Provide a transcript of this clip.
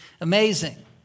amazing